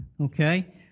okay